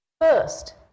First